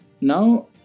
Now